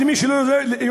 בראקש, למי שלא יודע,